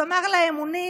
שמר לה אמונים